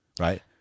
Right